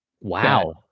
Wow